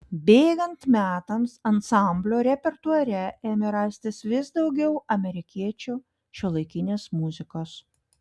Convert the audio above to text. bėgant metams ansamblio repertuare ėmė rastis vis daugiau amerikiečių šiuolaikinės muzikos